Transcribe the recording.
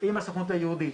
ועם הסוכנות היהודית